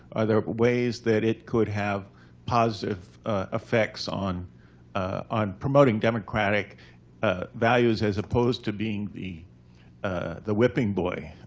are there ways that it could have positive effects on on promoting democratic values, as opposed to being the ah the whipping boy,